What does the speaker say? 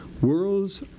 worlds